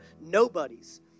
nobodies